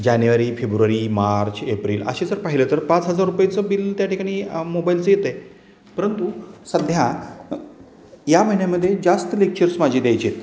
जानेवारी फेब्रुवारी मार्च एप्रिल असे जर पाहिलं तर पाच हजार रुपयेचं बिल त्या ठिकाणी मोबाईलचं येते परंतु सध्या या महिन्यामध्ये जास्त लेक्चर्स माझी द्यायची आहेत